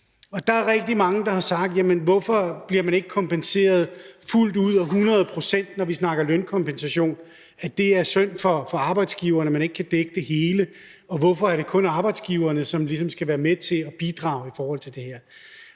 nu. Der er rigtig mange, der har spurgt: Hvorfor bliver man ikke kompenseret fuldt ud og 100 pct., når vi snakker lønkompensation? Det er synd for arbejdsgiverne, at man ikke kan dække det hele; hvorfor er det kun arbejdsgiverne, som skal være med til at bidrage i forhold til det her?